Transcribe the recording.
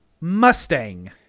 Mustang